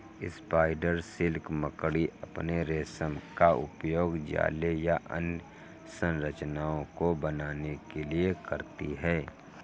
spider silk मकड़ी अपने रेशम का उपयोग जाले या अन्य संरचनाओं को बनाने के लिए करती हैं